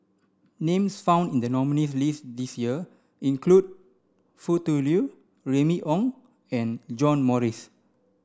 names found in the nominees' list this year include Foo Tui Liew Remy Ong and John Morrice